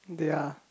ya